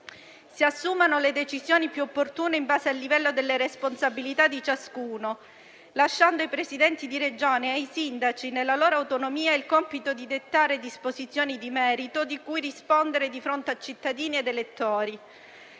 Si assumano le decisioni più opportune in base al livello delle responsabilità di ciascuno, lasciando ai Presidenti di Regione e ai sindaci, nella loro autonomia, il compito di dettare disposizioni di merito di cui rispondere di fronte a cittadini ed elettori.